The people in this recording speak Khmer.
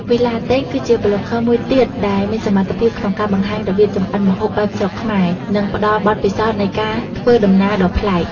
វីឡាតេង គឺជាប្លុកហ្គើម្នាក់ទៀតដែលមានសមត្ថភាពក្នុងការបង្ហាញរបៀបចម្អិនម្ហូបបែបស្រុកខ្មែរ និងផ្តល់បទពិសោធន៍នៃការធ្វើដំណើរដ៏ប្លែក។